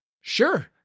Sure